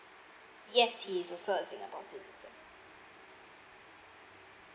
yes he's also a singapore citizen